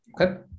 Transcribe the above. okay